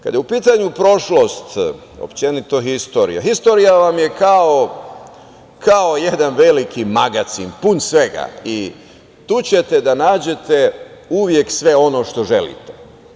Kada je u pitanju prošlost, generalno, istorija, istorija vam je kao jedan veliki magacin pun svega i tu ćete da nađete uvek sve ono što želite.